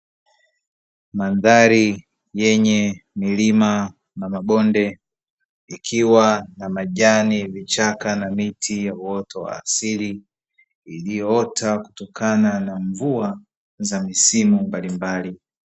Mandhari yenye milima na mabonde ikiwa na majani, vichaka na miti ya uoto wa asili iliyoota kutokana na mvua za misimu mbalimbali.